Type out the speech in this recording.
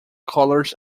colors